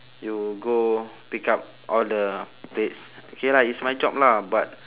you go pick up all the plates okay lah it's my job lah but